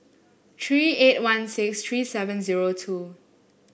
three eight one six three seven zero two